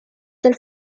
del